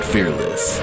Fearless